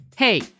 Hey